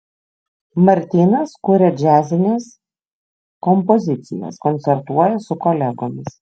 martynas kuria džiazines kompozicijas koncertuoja su kolegomis